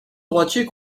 droitier